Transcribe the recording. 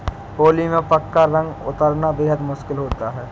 होली में पक्का रंग उतरना बेहद मुश्किल होता है